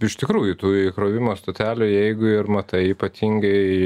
iš tikrųjų tų įkrovimo stotelių jeigu ir matai ypatingai